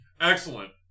Excellent